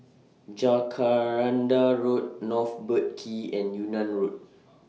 Jacaranda Road North Boat Quay and Yunnan Road